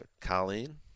Colleen